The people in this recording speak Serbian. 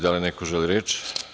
Da li neko želi reč?